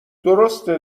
درسته